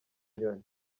nyoni